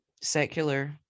secular